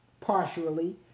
partially